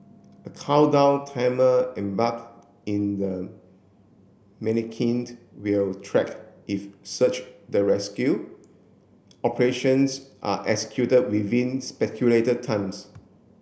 a countdown timer embarked in the manikin will track if search the rescue operations are executed within times